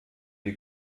die